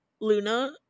Luna